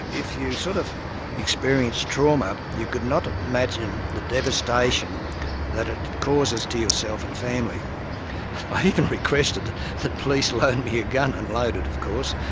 if you sort of experience trauma, you could not imagine the devastation that it causes to yourself and family. i even requested the police loan me a gun, and load it of course,